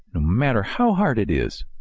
no matter how hard it is.